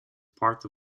part